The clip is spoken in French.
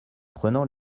prenant